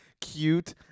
cute